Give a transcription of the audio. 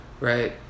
Right